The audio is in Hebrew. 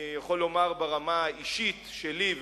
אני יכול לומר אמירה אישית שלי,